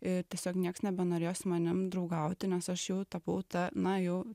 i tiesiog nieks nebenorėjo su manim draugauti nes aš jau tapau ta na jau